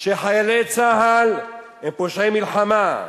שחיילי צה"ל הם פושעי מלחמה,